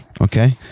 okay